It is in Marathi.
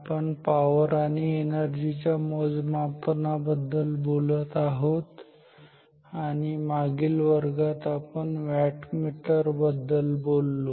आपण पॉवर आणि एनर्जी च्या मोजमापनाबद्दल बोलत आहोत आणि मागील वर्गात आपण वॅटमीटर बद्दल बोललो